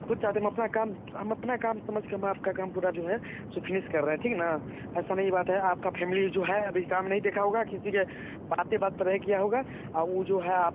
ख़ुद चाहते हैं हम अपना काम हम अपना काम समझ के हम आपका काम पूरा जो हैं जो फिनिस कर रहे ठीक ना ऐसी नहीं बात है आपका फ़ैम्ली जो हैं अभी काम नहीं देखा होगा किसी की बातें बात पर रह गया होगा और वो जो हैं आप